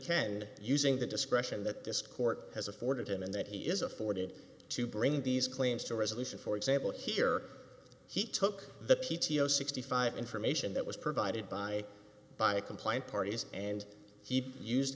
ten using the discretion that this court has afforded him and that he is afforded to bring these claims to resolution for example here he took the p t o sixty five information that was provided by by a compliant parties and he used